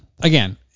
Again